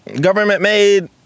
government-made